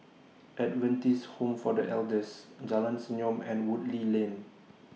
Adventist Home For The Elders Jalan Senyum and Woodleigh Lane